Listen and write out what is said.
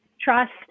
trust